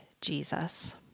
Jesus